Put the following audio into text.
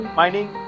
mining